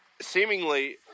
seemingly